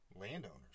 landowners